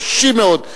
קשים מאוד.